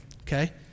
okay